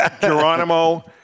Geronimo